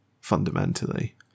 fundamentally